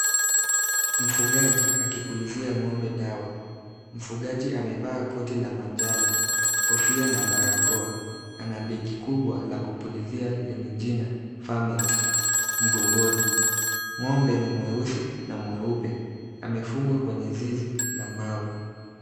Mfugaji akipulizia ng'ombe dawa. Mfugaji amevaa koti la manjano, kofia na barakoa. Ana begi kubwa la kupulizia lenye jina Farmed mgongoni. Ng'ombe ni mweusi na mweupe, amefungwa kwenye zizi la mbao.